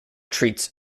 treats